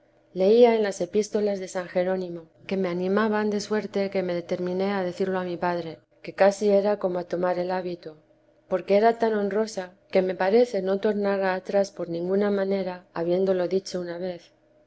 leía en las epístolas de san jerónimo que me animaban de suerte que me determiné a decirlo a mi padre que casi era como a tomar el hábito porque era tan honrosa que me parece no tornara atrás por ninguna jnanera habiéndolo dicho una vez